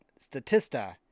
Statista